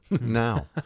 now